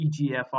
EGFR